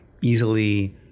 easily